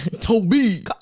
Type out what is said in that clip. Toby